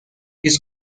his